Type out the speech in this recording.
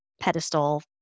pedestal